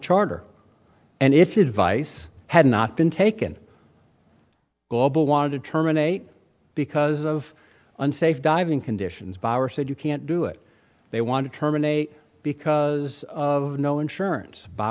charter and if you advice had not been taken global wanted to terminate because of unsafe driving conditions power said you can't do it they want to terminate because of no insurance